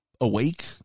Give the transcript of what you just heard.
awake